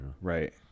Right